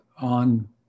on